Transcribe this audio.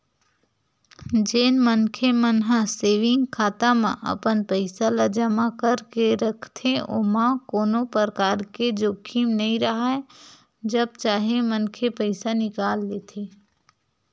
जेन मनखे मन ह सेंविग खाता म अपन पइसा ल जमा करके रखथे ओमा कोनो परकार के जोखिम नइ राहय जब चाहे मनखे पइसा निकाल लेथे